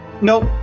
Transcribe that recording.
nope